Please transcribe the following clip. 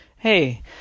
Hey